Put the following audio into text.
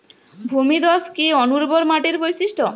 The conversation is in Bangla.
ভূমিধস কি অনুর্বর মাটির বৈশিষ্ট্য?